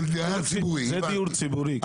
דייר ציבורי,